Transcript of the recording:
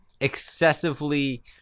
excessively